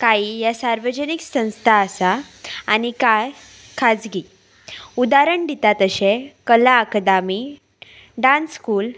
काई ह्या सार्वजनीक संस्था आसा आनी कांय खाजगी उदाहारण दितात तशें कला अकादामी डांस स्कूल